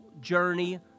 journey